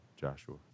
Joshua